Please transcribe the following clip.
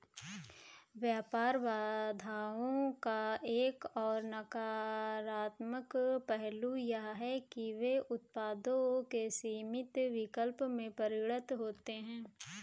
व्यापार बाधाओं का एक और नकारात्मक पहलू यह है कि वे उत्पादों के सीमित विकल्प में परिणत होते है